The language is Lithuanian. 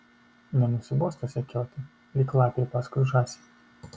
nenusibosta sekioti lyg lapei paskui žąsį